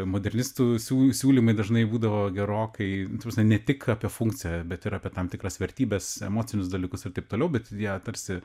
modernistų siū siūlymai dažnai būdavo gerokai ta prasme ne tik apie funkciją bet ir apie tam tikras vertybes emocinius dalykus ir taip toliau bet jie tarsi